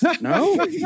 No